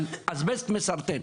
על אסבסט מסרטן,